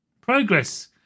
Progress